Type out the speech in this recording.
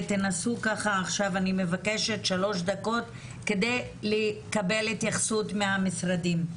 אני מבקשת שלוש דקות כדי לקבל התייחסות מהמשרדים.